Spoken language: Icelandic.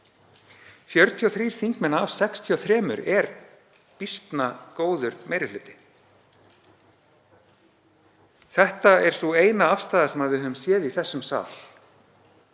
43 þingmenn af 63 er býsna góður meiri hluti. Þetta er sú eina afstaða sem við höfum séð í þessum sal